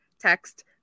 text